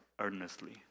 earnestly